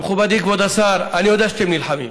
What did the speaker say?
מכובדי כבוד השר, אני יודע שאתם נלחמים,